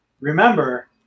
remember